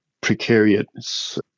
precarious